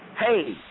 Hey